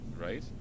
right